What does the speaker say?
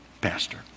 Pastor